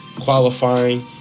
qualifying